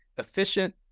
efficient